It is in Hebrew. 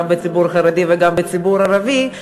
גם בציבור החרדי וגם בציבור הערבי,